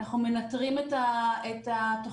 אנחנו מנטרים את התוכניות